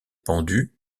pendus